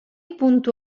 puntu